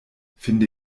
finde